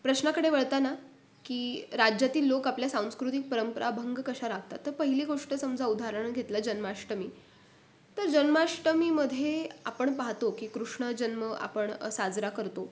प्रश्नाकडे वळताना की राज्यातील लोक आपल्या सांस्कृतिक परंपरा अभंग कशा राखतात तर पहिली गोष्ट समजा उदाहरण घेतलं जन्माष्टमी तर जन्माष्टमीमध्ये आपण पाहतो की कृष्ण जन्म आपण साजरा करतो